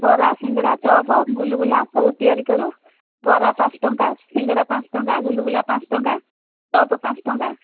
ବରା ସିଙ୍ଗଡ଼ା ଚପ ଗୁଲୁଗୁଲା ସବୁ ତିଆରି କରୁ ବରା ପାଞ୍ଚ ଟଙ୍କା ସିଙ୍ଗଡ଼ା ପାଞ୍ଚ ଟଙ୍କା ଗୁଲୁଗୁଲା ପାଞ୍ଚ ଟଙ୍କା ଚପ ପାଞ୍ଚ ଟଙ୍କା